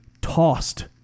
tossed